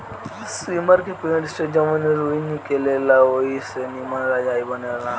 सेमर के पेड़ से जवन रूई निकलेला ओई से निमन रजाई बनेला